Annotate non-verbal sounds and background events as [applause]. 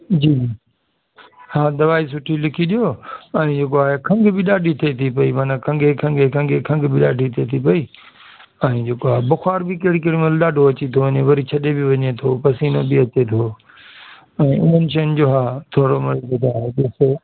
जी हा दवाई सुठी लिखी ॾियो ऐं जेको आहे खंघि बि ॾाढी थिए थी पेई माना खंघे खंघे खंघे खंघि बि ॾाढी थिए पेई ऐं जेको आहे बुख़ार बि कहिड़ी कहिड़ी महिल ॾाढो अची थो वञे वरी छॾे बि वञे थो वरी पसीनो बि अचे थो ऐं उन्हनि शयुनि जो हा [unintelligible]